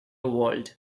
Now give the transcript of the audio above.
world